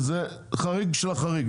זה חריג של החריג,